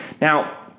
Now